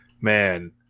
man